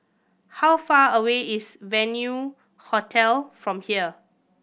how far away is Venue Hotel from here